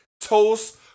toast